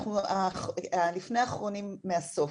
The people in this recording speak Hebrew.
אנחנו לפני האחרונים מהסוף.